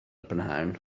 prynhawn